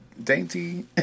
Dainty